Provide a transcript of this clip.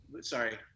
sorry